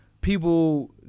people